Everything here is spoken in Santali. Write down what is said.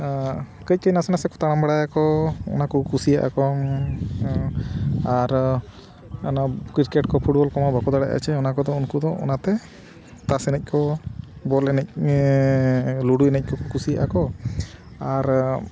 ᱠᱟᱹᱪ ᱠᱟᱹᱪ ᱱᱟᱥᱮ ᱱᱟᱥᱮ ᱠᱚ ᱛᱟᱲᱟᱢ ᱵᱟᱲᱟᱭᱟᱠᱚ ᱚᱱᱟ ᱠᱚ ᱠᱩᱥᱤᱭᱟᱜ ᱟᱠᱚ ᱟᱨ ᱚᱱᱟ ᱠᱨᱤᱠᱮᱴ ᱠᱚ ᱯᱷᱩᱴᱵᱚᱞ ᱠᱚᱢᱟ ᱵᱟᱠᱚ ᱫᱟᱲᱮᱭᱟᱜᱼᱟ ᱪᱮ ᱚᱱᱟ ᱠᱚᱫᱚ ᱩᱱᱠᱩ ᱫᱚ ᱚᱱᱟᱛᱮ ᱛᱟᱥ ᱮᱱᱮᱡ ᱠᱚ ᱵᱚᱞ ᱮᱱᱮᱡ ᱞᱩᱰᱩ ᱮᱱᱮᱡ ᱠᱚᱠᱚ ᱠᱩᱥᱤᱭᱟᱜ ᱟᱠᱚ ᱟᱨ